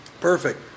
Perfect